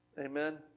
Amen